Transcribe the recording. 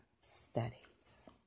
studies